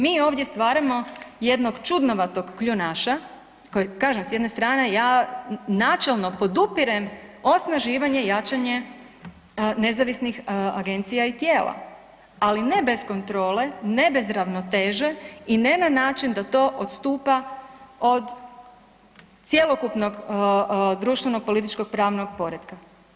Mi ovdje stvaramo jednog čudnovatog kljunaša koji kažem s jedne strane ja načelno podupirem osnaživanje i jačanje nezavisnih agencija i tijela, ali ne bez kontrole, ne bez ravnoteže i ne na način da to odstupa od cjelokupnog društveno političkog pravnog poretka.